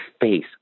face